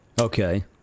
Okay